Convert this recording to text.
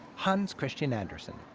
hans christian andersen.